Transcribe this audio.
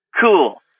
cool